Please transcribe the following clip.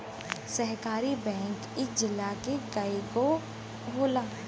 सहकारी बैंक इक जिला में कई गो होला